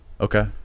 Okay